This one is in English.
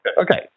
Okay